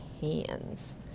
hands